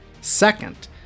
Second